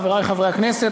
חברי חברי הכנסת,